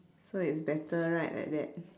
so it's better right like that